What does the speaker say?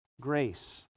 Grace